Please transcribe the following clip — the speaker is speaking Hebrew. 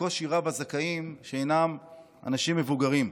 בקושי רב הזכאים שהם אנשים מבוגרים.